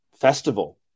festival